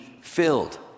filled